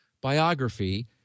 biography